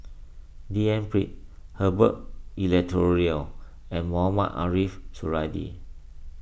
D N Pritt Herbert Eleuterio and Mohamed Ariff Suradi